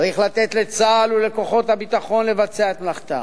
צריך לתת לצה"ל ולכוחות הביטחון לבצע את מלאכתם.